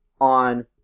on